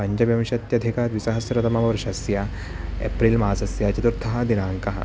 पञ्चविशत्यधिकद्विसहस्रतमवर्षस्य April मासस्य चतुर्थः दिनाङ्कः